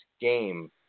game